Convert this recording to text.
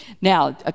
Now